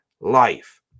life